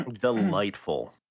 Delightful